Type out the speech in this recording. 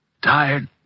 Tired